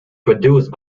produced